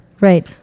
Right